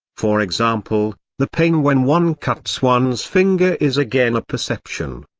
for example, the pain when one cuts one's finger is again a perception.